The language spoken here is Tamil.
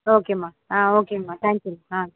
ஓகேம்மா ஆ ஓகேங்கம்மா தேங்க்யூம்மா ஆ